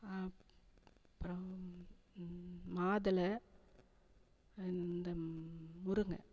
அப்புறம் மாதுளை இந்த முருங்கை